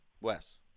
Wes